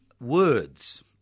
words